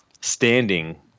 standing